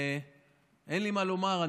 אין לי מה לומר,